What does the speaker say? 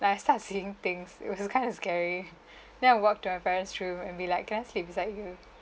like I start seeing things it was just kind of scary then I walked to my parents' room and be like can I sleep beside you